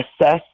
assess